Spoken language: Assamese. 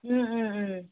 ও ও ওম